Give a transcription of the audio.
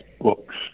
books